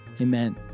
Amen